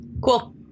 Cool